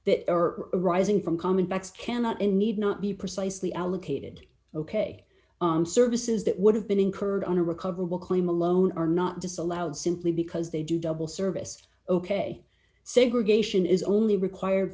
that are arising from common backs cannot and need not be precisely allocated ok services that would have been incurred on a recoverable claim alone are not disallowed simply because they do double service ok segregation is only required